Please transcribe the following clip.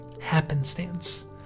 happenstance